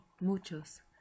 muchos